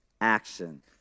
Action